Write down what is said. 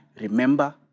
Remember